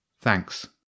Thanks